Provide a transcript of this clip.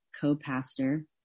co-pastor